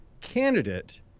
candidate